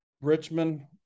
Richmond